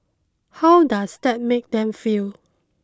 how does that make them feel